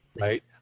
right